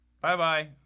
Bye-bye